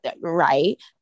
right